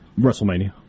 WrestleMania